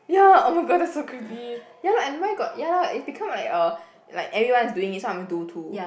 ya oh my god that's so creepy ya lah and why got ya lah and it become like uh like everyone is doing it so I'm do too